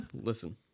Listen